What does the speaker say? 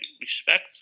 respect